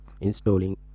installing